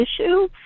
issue